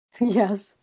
yes